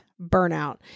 burnout